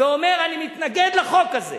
ואומר: אני מתנגד לחוק הזה.